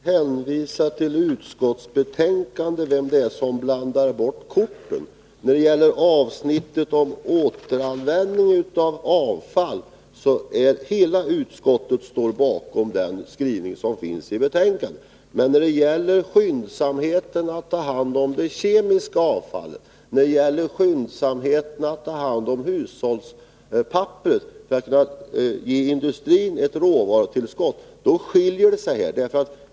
Herr talman! Jag vill hänvisa till utskottsbetänkandet när det gäller frågan om vem det är som blandar bort korten. Hela utskottet står bakom skrivningen i betänkandet när det gäller avsnittet om återanvändning av avfall. Men när det gäller angelägenheten av att ofördröjligen ta hand om det kemiska avfallet och skyndsamt ta hand om hushållens avfallspapper för att ge industrin ett råvarutillskott skiljer sig våra uppfattningar åt.